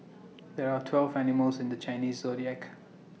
there are twelve animals in the Chinese Zodiac